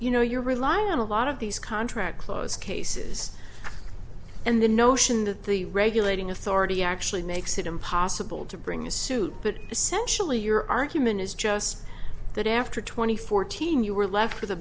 you know you're relying on a lot of these contract clause cases and the notion that the regulating authority actually makes it impossible to bring a suit but essentially your argument is just that after twenty fourteen you were left